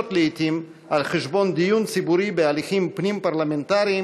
לעתים על חשבון דיון ציבורי בהליכים פנים-פרלמנטריים,